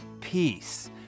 peace